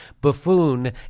buffoon